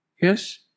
Yes